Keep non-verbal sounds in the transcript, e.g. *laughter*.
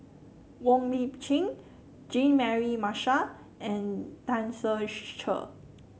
Wong Lip Chin Jean Mary Marshall and Tan Ser *unintelligible* Cher